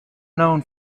known